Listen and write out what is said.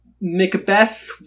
Macbeth